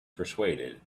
persuaded